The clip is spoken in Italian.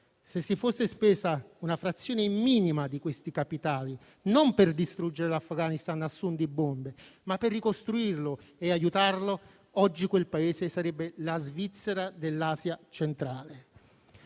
Se si fosse spesa una frazione minima di questi capitali non per distruggere l'Afghanistan a suon di bombe, ma per ricostruirlo e aiutarlo, oggi quel Paese sarebbe la Svizzera dell'Asia centrale.